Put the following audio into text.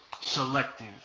selective